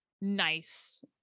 nice